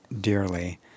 dearly